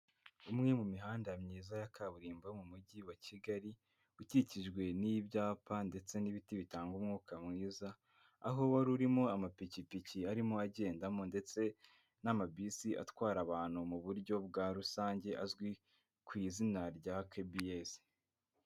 Umwe mu mihanda myiza ya kaburimbo yo mu mujyi wa Kigali, ukikijwe n'ibyapa ndetse n'ibiti bitanga umwuka mwiza, aho wari urimo amapikipiki arimo agendamo ndetse n'amabisi atwara abantu mu buryo bwa rusange azwi ku izina rya KBS.